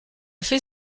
fait